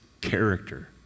character